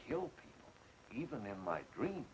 kill even in my dream